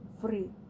free